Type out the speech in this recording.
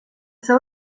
seu